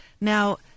Now